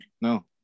No